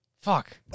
Fuck